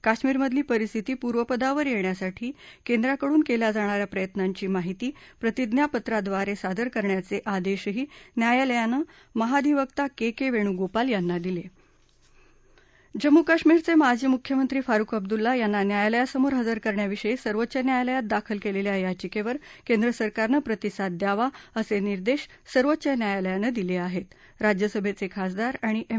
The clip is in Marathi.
काश्मिरमधली परिस्थिती पूर्वपदावर याखासाठी केंद्राकडून कल्या जाणा या प्रयत्नाची माहिती प्रतिज्ञापत्राद्वारसिदर करण्याच आदशही न्यायालयानं केंद्रसरकारच मिहाधिवक्ता क के बेणूगोपाल यांना दिल जम्मू काश्मीरच िाजी मुख्यमंत्री फारुख अब्दुल्लाह यांना न्यायालयासमोर हजर करण्याविषयी सर्वोच्च न्यायालयात दाखल झालल्विा याचिक्विरे केंद्र सरकारनं प्रतिसाद द्यावा असा जिर्देश सर्वोच्च न्यायालयानं दिल आहस्त राज्यसभघ्च खासदार आणि एम